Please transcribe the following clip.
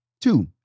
two